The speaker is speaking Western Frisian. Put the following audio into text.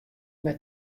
mei